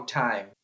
time